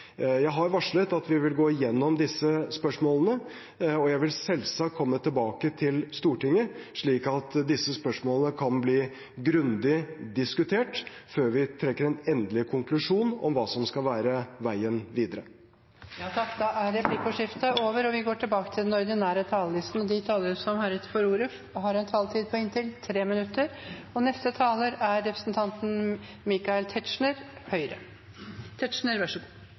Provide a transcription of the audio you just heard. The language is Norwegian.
Jeg har varslet at vi vil gå gjennom disse spørsmålene, og jeg vil selvsagt komme tilbake til Stortinget, slik at disse spørsmålene kan bli grundig diskutert før vi trekker en endelig konklusjon om hva som skal være veien videre. Replikkordskiftet er over. De talere som heretter får ordet, har en taletid på inntil 3 minutter. Jeg vil varsle at det kan bli nødvendig at jeg tegner meg en gang til, for dette er